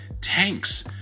tanks